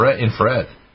infrared